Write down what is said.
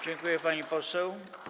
Dziękuję, pani poseł.